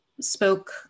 spoke